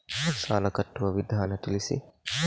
ಸಾಲ ಕಟ್ಟುವ ವಿಧಾನ ತಿಳಿಸಿ?